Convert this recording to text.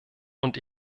und